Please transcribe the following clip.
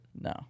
No